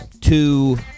Two